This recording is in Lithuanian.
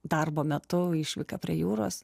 darbo metu išvyką prie jūros